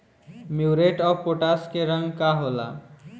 Muriate of potash के रंग का होला?